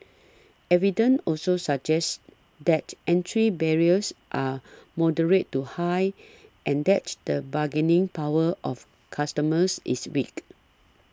evidence also suggests that entry barriers are moderate to high and that the bargaining power of customers is weak